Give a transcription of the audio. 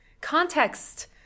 context